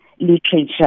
literature